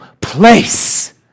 place